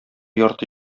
ярты